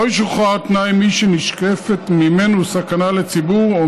לא ישוחרר על תנאי מי שנשקפת מממנו סכנה לציבור או